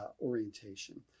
orientation